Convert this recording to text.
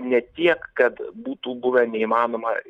ne tiek kad būtų buvę neįmanoma